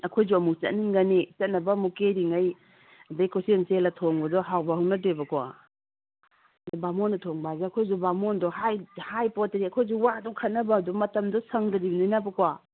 ꯑꯩꯈꯣꯏꯁꯨ ꯑꯃꯨꯛ ꯆꯠꯅꯤꯡꯒꯅꯤ ꯆꯠꯅꯕ ꯑꯃꯨꯛ ꯀꯦꯔꯤꯉꯩ ꯑꯗꯒꯤ ꯀꯣꯏꯆꯦꯜ ꯆꯦꯜꯂ ꯊꯣꯡꯕꯗꯨ ꯍꯥꯎꯕ ꯍꯧꯅꯗꯦꯕꯀꯣ ꯕꯥꯃꯣꯟꯅ ꯊꯣꯡꯕ ꯍꯥꯏꯗꯨ ꯑꯩꯈꯣꯏꯗꯨ ꯕꯥꯃꯣꯟꯗꯣ ꯍꯥꯏꯄꯣꯇ꯭ꯔꯤ ꯑꯩꯈꯣꯏꯁꯨ ꯋꯥꯗꯣ ꯈꯟꯕꯗꯣ ꯃꯇꯝꯗꯨ ꯁꯪꯗ꯭ꯔꯤꯕꯅꯤꯅꯀꯣ